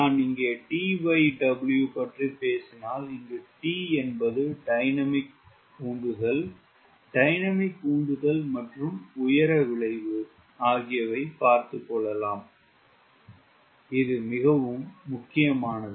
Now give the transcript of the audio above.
நான் இங்கே TW பற்றி பேசினால் இங்கு T என்பது டைனமிக் உந்துதல் டைனமிக் உந்துதல் மற்றும் உயர விளைவு ஆகியவை பார்த்துக்கொள்ளலாம் இது மிகவும் முக்கியமானது